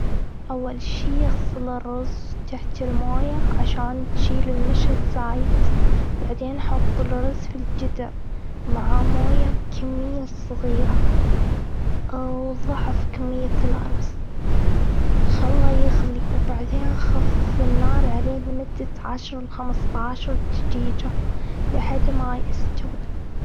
أول شي. إغسل الرز تحت المويه، عشان تشيل النشا الزايد. بعدين حط الرز في الجدر، معاه مويه بكمية صغيرة، أو ضعف كمية الأرز. خله يغلي، وبعدين خفف النار عليه لمدة عشر ل خمستاشر دجيجة لحد ما يستوي.